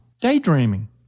daydreaming